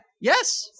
Yes